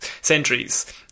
Centuries